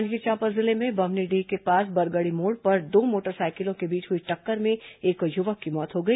जांजगीर चांपा जिले में बम्हनीडीह के पास बरगड़ी मोड़ पर दो मोटरसाइकिलों के बीच हुई टक्कर में एक युवक की मौत हो गई